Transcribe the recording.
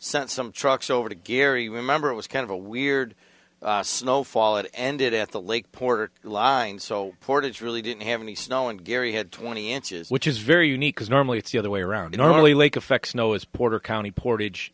sent some trucks over to gary remember it was kind of a weird snowfall it ended at the lake port line so portage really didn't have any snow and gary had twenty inches which is very unique because normally it's the other way around normally lake effect snow is puerto county portage